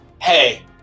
hey